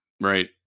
Right